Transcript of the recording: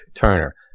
Turner